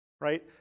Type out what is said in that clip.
right